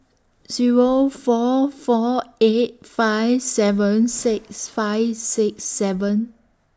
Zero four four eight five seven six five six seven